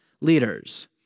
leaders